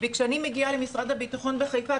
וכשאני מגיעה למשרד הביטחון בחיפה,